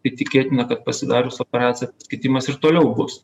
tai tikėtina kad pasidarius operaciją kitimas ir toliau bus